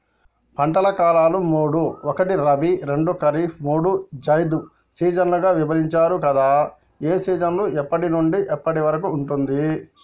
పంటల కాలాలు మూడు ఒకటి రబీ రెండు ఖరీఫ్ మూడు జైద్ సీజన్లుగా విభజించారు కదా ఏ సీజన్ ఎప్పటి నుండి ఎప్పటి వరకు ఉంటుంది?